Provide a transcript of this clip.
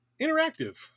interactive